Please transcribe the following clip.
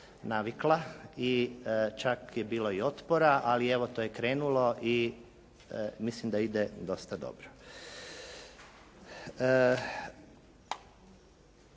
i čak je bilo i otpora. Ali evo to je krenulo i mislim da ide dosta dobro.